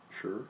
Sure